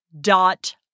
dot